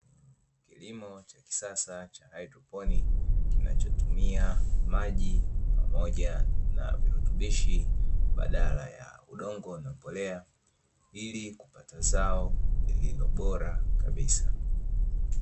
Kilimo cha kisasa cha haidroponi kinachotumia maji pamoja na virutubishi badala ya udongo na mbolea, ili kupata zao lililo bora kabisa.